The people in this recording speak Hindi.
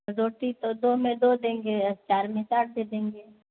रोटी तो दो में दो देंगे और चार में चार दे देंगे